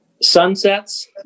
Sunsets